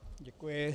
Děkuji.